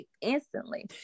instantly